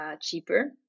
cheaper